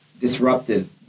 disruptive